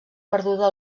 perduda